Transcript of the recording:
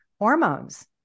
hormones